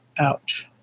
Ouch